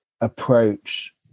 approach